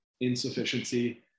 insufficiency